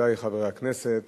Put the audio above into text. מכובדי חברי הכנסת,